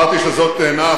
תסביר למה,